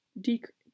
decrease